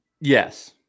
Yes